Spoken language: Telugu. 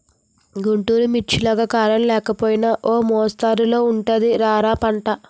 గుంటూరు మిర్చిలాగా కారం లేకపోయినా ఓ మొస్తరుగా ఉంటది రా మా పంట